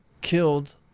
killed